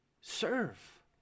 serve